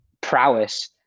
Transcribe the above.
prowess